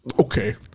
Okay